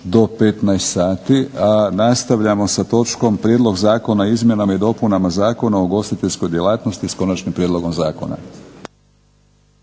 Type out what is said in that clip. do 15 sati, a nastavljamo sa točkom Prijedlog zakona o izmjenama i dopunama Zakona o ugostiteljskoj djelatnosti s konačnim prijedlogom zakona.